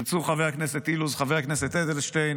ירצו חבר הכנסת אילוז וחבר הכנסת אדלשטיין,